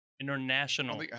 International